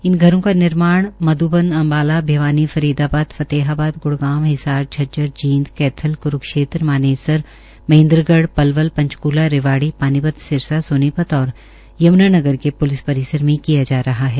इन घरों का निर्माण मध्बन अंबाला भिवानी फरीदाबाद फतेहाबाद ग्ड़गांव हिसार झज्जर जींद कैथल क्रुक्षेत्र मानेसर महेंद्रगढ़ पलवल पंचकूला पानीपत रेवाड़ी सिरसा सोनीपत और यम्नानगर के प्लिस परिसर में किया जा रहा है